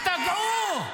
השתגעו.